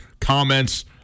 comments